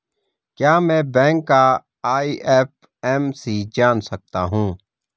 क्या मैं बैंक का आई.एफ.एम.सी जान सकता हूँ?